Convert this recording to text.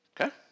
Okay